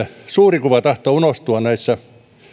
suuri kuva tahtoo unohtua näissä